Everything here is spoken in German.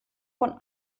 von